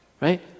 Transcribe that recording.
right